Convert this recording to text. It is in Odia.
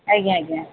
ଆଜ୍ଞା ଆଜ୍ଞା